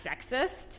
sexist